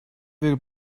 wir